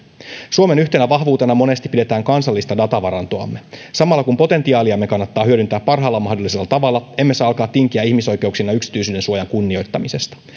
suomen yhtenä vahvuutena monesti pidetään kansallista datavarantoamme samalla kun potentiaaliamme kannattaa hyödyntää parhaalla mahdollisella tavalla emme saa alkaa tinkiä ihmisoikeuksien ja yksityisyydensuojan kunnioittamisesta